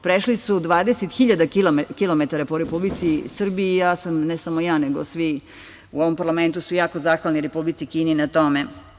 Prešli su 20 hiljada kilometara po Republici Srbiji, a ja sam, ne samo ja, nego svi u ovom parlamentu su jako zahvalni Republici Kini na tome.